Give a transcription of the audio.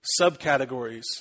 subcategories